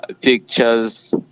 pictures